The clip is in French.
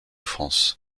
france